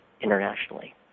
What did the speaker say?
internationally